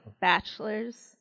bachelor's